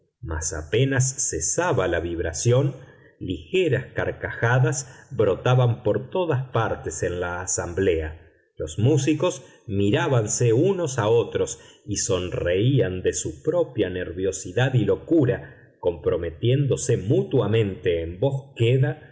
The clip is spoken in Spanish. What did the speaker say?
mas apenas cesaba la vibración ligeras carcajadas brotaban por todas partes en la asamblea los músicos mirábanse unos a otros y sonreían de su propia nerviosidad y locura comprometiéndose mutuamente en